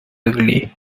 ugly